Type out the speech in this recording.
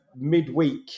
midweek